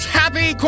happy